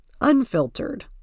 Unfiltered